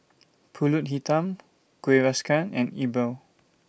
Pulut Hitam Kueh Rengas and E Bua